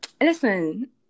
Listen